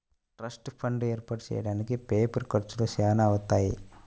trust fund ఏర్పాటు చెయ్యడానికి paper ఖర్చులు చానా అవుతాయి